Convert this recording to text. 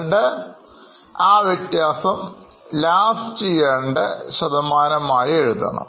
എന്നിട്ട് ആ വ്യത്യാസം last year ൻറെ ശതമാനമായി എഴുതണം